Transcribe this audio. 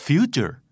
Future